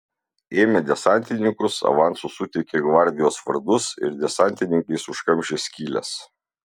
ėmė desantininkus avansu suteikė gvardijos vardus ir desantininkais užkamšė skyles